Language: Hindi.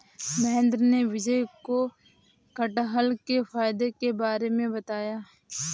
महेंद्र ने विजय को कठहल के फायदे के बारे में बताया